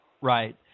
Right